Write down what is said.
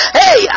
hey